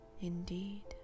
indeed